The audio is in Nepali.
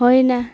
होइन